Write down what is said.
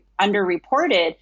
underreported